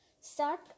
Start